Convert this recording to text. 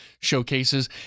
showcases